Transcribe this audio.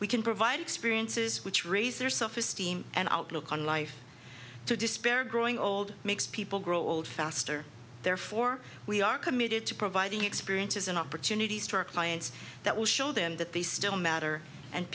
we can provide experiences which raise their self esteem and outlook on life to despair growing old makes people grow old faster therefore we are committed to providing experiences and opportunities to our clients that will show them that they still matter and